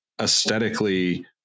aesthetically